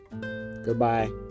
Goodbye